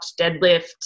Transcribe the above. deadlift